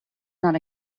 not